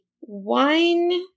wine